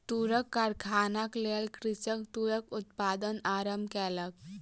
तूरक कारखानाक लेल कृषक तूरक उत्पादन आरम्भ केलक